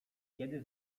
kiedy